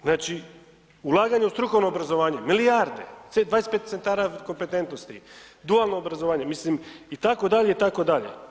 Znači, ulaganje u strukovno obrazovanje, milijarde, 25 centara kompetentnosti, dualno obrazovanje, mislim, itd., itd.